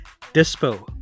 dispo